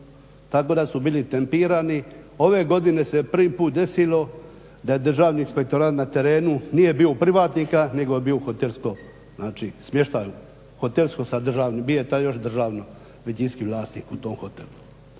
Tako da su bili tempirani. Ove godine se prvi put desilo da je Državni inspektorat na terenu nije bio u privatnika, nego je bio u hotelskom, znači smještaju. Hotelsko sa državnim, bio je tad još državno većinski vlasnik u tom hotelu.